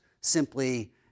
simply